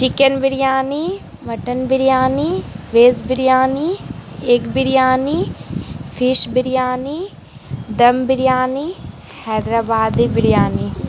chicken biryani mutton biryani veg biryani egg biryani fish biryani dum biryani Hyderabadi biryani